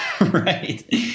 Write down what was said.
right